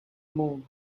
moon